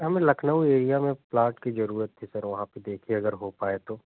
हमें लखनऊ एरिया में प्लाट की ज़रूरत थी सर वहाॅं पर देखिए अगर हो पाए तो